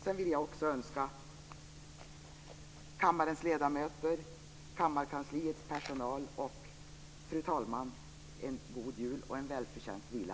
Sedan vill jag också önska kammarens ledamöter, kammarkansliets personal och fru talman en god jul och en välförtjänt vila.